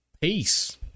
peace